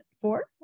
four